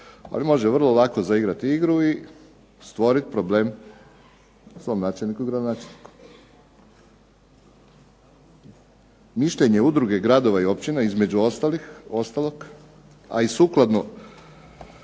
ali može vrlo lako zaigrati i stvorit problem svom načelniku i gradonačelniku. Mišljenje udruge gradova i općina između ostalog, a i sukladno